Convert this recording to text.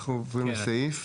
אנחנו עוברים לסעיף?